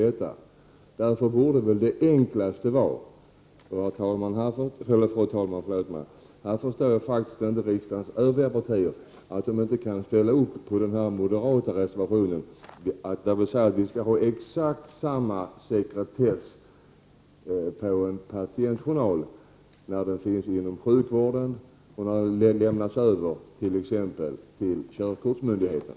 Jag förstår inte, fru talman, att riksdagens övriga partier inte kan ställa upp på den moderata reservationen, där vi säger att det skall vara exakt samma sekretess för en patientjournal när den finns inom sjukvården och när den lämnas över exempelvis till körkortsmyndigheten.